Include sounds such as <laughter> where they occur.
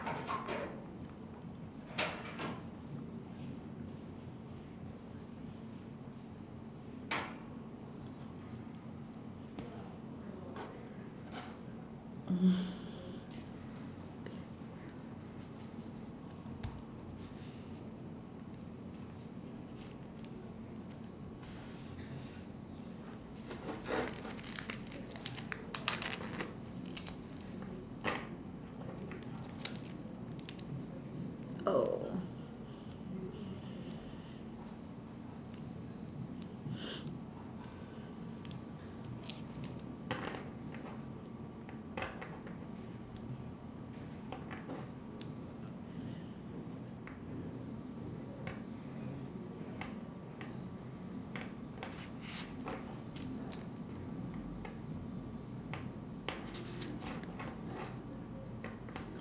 <laughs> oh